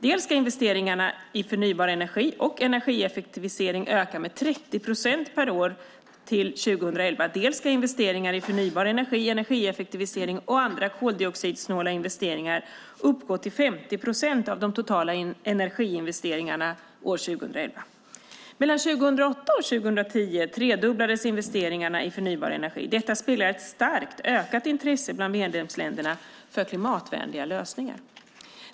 Dels ska investeringar i förnybar energi och energieffektivisering öka med 30 procent per år till 2011, dels ska investeringar i förnybar energi, energieffektivisering och andra koldioxidsnåla investeringar uppgå till 50 procent av de totala energiinvesteringarna år 2011. Mellan 2008 och 2010 tredubblades investeringarna i förnybar energi. Detta speglar ett starkt ökat intresse bland medlemsländerna för klimatvänliga lösningar.